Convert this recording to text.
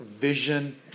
vision